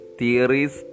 theories